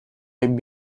being